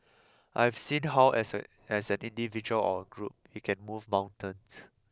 I have seen how as an as an individual or a group we can move mountains